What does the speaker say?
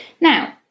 Now